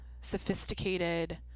sophisticated